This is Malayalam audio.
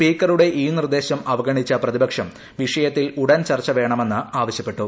സ്പീക്കറുടെ ഈ നിർദ്ദേശം അവഗണിച്ച പ്രതിപക്ഷം വിഷയത്തിൽ ഉടൻ ചർച്ച വേണമെന്ന് ആവശ്യപ്പെട്ടു